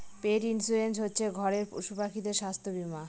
পেট insurance হচ্ছে ঘরের পশুপাখিদের স্বাস্থ্য বীমা